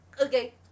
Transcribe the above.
Okay